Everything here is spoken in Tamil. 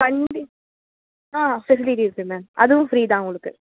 கண்டிப்பா ஆ இருக்குது மேம் அதுவும் ஃபிரீ தான் உங்களுக்கு